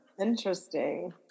Interesting